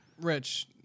Rich